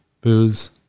booze